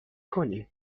کنیم